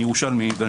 אני ירושלמי.